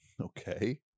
Okay